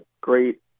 great